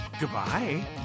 Goodbye